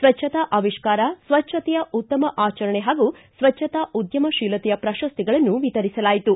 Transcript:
ಸ್ವಚ್ಛತಾ ಅವಿಷ್ಕಾರ ಸ್ವಚ್ಛಕೆಯ ಉತ್ತಮ ಆಚರಣೆ ಪಾಗೂ ಸ್ವಚ್ಛತಾ ಉದ್ಯಮಶೀಲತೆಯ ಪ್ರಶಸ್ತಿಗಳನ್ನು ವಿತರಿಸಲಾಯಿತು